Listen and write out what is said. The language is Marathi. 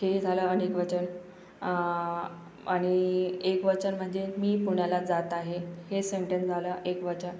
हे झालं अनेकवचन आणि एकवचन म्हणजे मी पुण्याला जात आहे हे सेंटेन झालं एकवचन